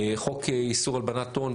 חוק איסור הלבנת הון,